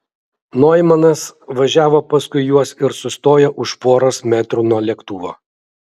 noimanas važiavo paskui juos ir sustojo už poros metrų nuo lėktuvo